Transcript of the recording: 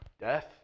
Death